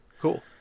Cool